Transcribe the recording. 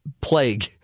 plague